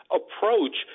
approach